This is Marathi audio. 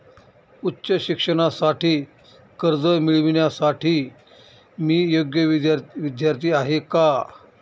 उच्च शिक्षणासाठी कर्ज मिळविण्यासाठी मी योग्य विद्यार्थी आहे का?